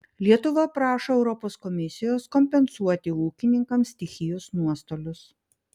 lietuva prašo europos komisijos kompensuoti ūkininkams stichijos nuostolius